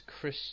Chris